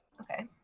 Okay